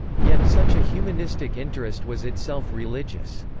yet such a humanistic interest was itself religious.